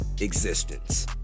existence